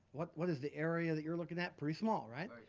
what what is the area that you're looking at, pretty small, right?